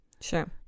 Sure